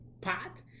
pot